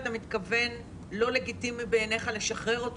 אתה מתכוון לא לגיטימי בעיניך לשחרר אותו